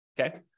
Okay